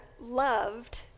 loved